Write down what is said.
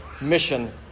mission